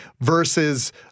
versus